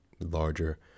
larger